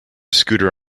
scooter